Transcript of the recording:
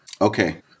Okay